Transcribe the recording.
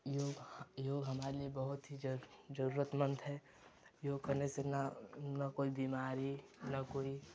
योग योग हमारे लिए बहुत ही ज ज़रूरतमन्द है योग करने से ना ना कोई बीमारी ना कोई